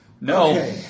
No